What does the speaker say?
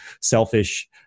selfish